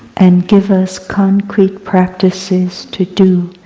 and give us concrete practices to do